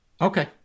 okay